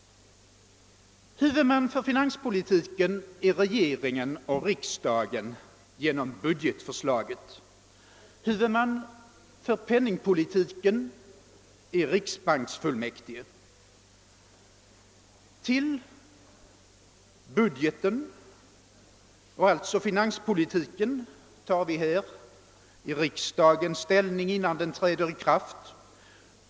Huvudman för finanspolitiken är regeringen och riksdagen genom budgetförslaget. Huvudman för penningpolitiken är riksbanksfullmäktige. Till budgeten — och alltså finanspolitiken — tar vi här i riksdagen ställning innan den träder i kraft.